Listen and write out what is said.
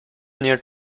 near